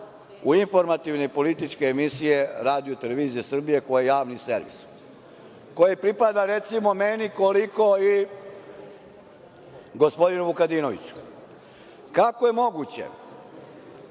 u informativne političke emisije RTS-a koja je javni servis, koji pripada, recimo, meni koliko i gospodinu Vukadinoviću? Kako je moguće